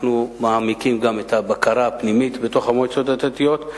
אנחנו מעמיקים גם את הבקרה הפנימית בתוך המועצות הדתיות.